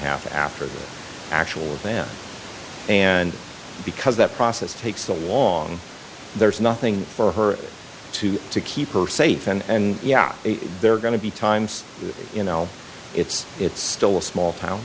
half after the actual event and because that process takes so long and there's nothing for her too to keep her safe and yeah they're going to be times you know it's it's still a small town